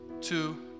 two